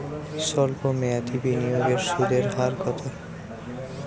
সল্প মেয়াদি বিনিয়োগের সুদের হার কত?